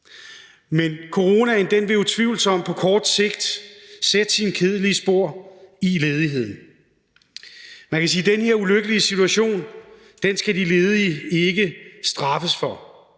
Men coronaen vil utvivlsomt på kort sigt sætte sine kedelige spor i ledigheden. Man kan sige, at den her ulykkelige situation skal de ledige ikke straffes for.